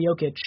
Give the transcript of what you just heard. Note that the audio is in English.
Jokic